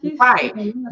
Right